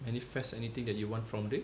manifest anything that you want from the